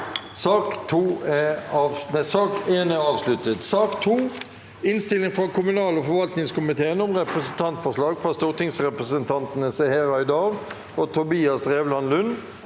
Sak nr. 2 Innstilling fra kommunal- og forvaltningskomiteen om Representantforslag fra stortingsrepresentantene Seher Aydar og Tobias Drevland Lund